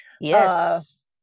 Yes